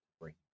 bring